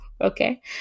Okay